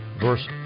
verse